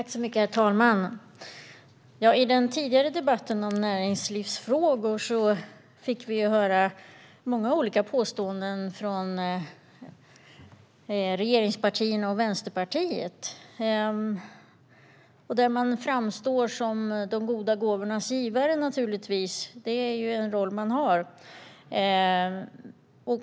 Herr talman! I den tidigare debatten om näringslivsfrågor fick vi höra många olika påståenden från regeringspartierna och Vänsterpartiet. De framstår naturligtvis som de goda gåvornas givare - det är ju en roll de har.